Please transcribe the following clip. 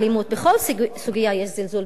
בכל סוגיה יש זלזול בחיי הערבים.